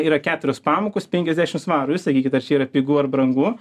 yra keturios pamokos penkiasdešim svarų jūs sakykit ar čia yra pigu ar brangu